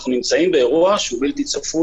אמרנו שאנחנו נמצאים באירוע שהוא בלתי צפוי